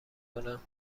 کنم